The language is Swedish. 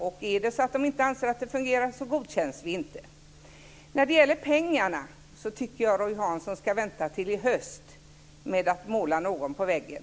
Om de anser att det inte fungerar så godkänns vi inte. När det gäller pengarna tycker jag att Roy Hansson ska vänta till i höst med att måla någon på väggen.